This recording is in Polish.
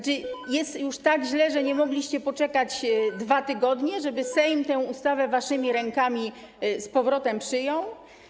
Czy jest już tak źle, że nie mogliście poczekać 2 tygodnie, żeby Sejm tę ustawę waszymi rękami z powrotem przyjął?